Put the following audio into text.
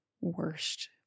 worst